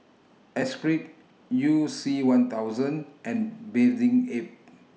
Esprit YOU C one thousand and Bathing Ape